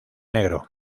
negro